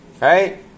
Right